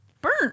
Burnt